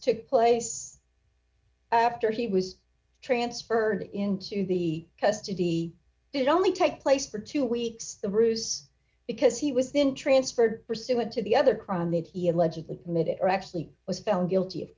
took place after he was transferred into the custody did only take place for two weeks the bruce because he was then transferred pursuant to the other crime that he allegedly committed or actually was found guilty of